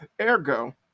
ergo